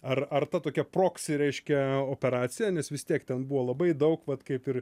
ar ar ta tokia proksi reiškia operacija nes vis tiek ten buvo labai daug vat kaip ir